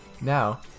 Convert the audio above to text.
Now